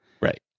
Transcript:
right